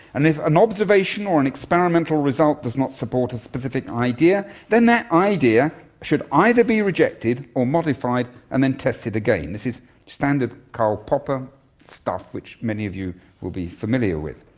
and if an observation or an experimental result does not support a specific idea, then that idea should either be rejected or modified and then tested again. this is standard karl popper stuff which many of you will be familiar with.